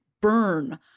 burn